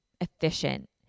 efficient